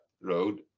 road